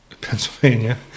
pennsylvania